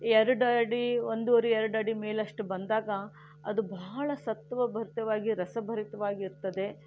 ಎರಡು ಅಡಿ ಒಂದೂವರೆ ಎರಡು ಅಡಿ ಮೇಲಷ್ಟು ಬಂದಾಗ ಅದು ಬಹಳ ಸತ್ವಭರಿತವಾಗಿ ರಸಭರಿತವಾಗಿರ್ತದೆ